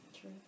True